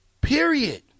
Period